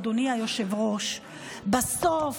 אדוני היושב-ראש: בסוף